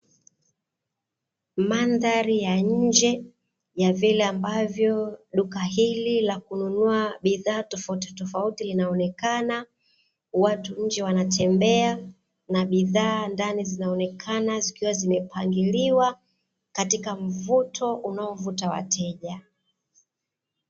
Mandhari ya nje ya vile ambavyo duka hili la kununua bidhaa za aina tofautitofauti linaonekaka, watu nje wanatembea na bidhaa ndani zinaonekana zikiwa zimepangiliwa katika mvuto unaovuta wateja.